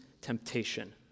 temptation